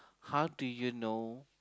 how do you know